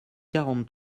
quarante